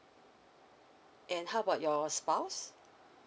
and how about your spouse